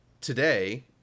today